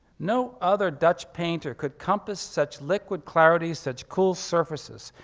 no other dutch painter could compass such liquid clarity, such cool surfaces,